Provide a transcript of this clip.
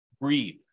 Breathe